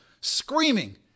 screaming